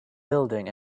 building